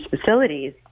facilities